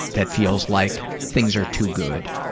that feels like things are too good.